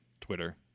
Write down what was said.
Twitter